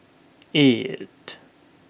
eight